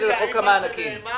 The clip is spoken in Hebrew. לכן אני מציע, שתבואו עם פתרון.